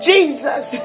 Jesus